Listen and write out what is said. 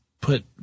put